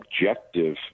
objective